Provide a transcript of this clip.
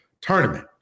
tournament